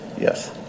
Yes